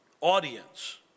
audience